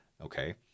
Okay